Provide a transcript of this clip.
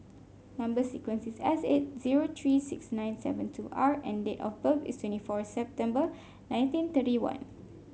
number sequence is S eight zero three six nine seven two R and date of birth is twenty four September nineteen thirty one